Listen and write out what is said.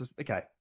okay